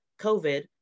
COVID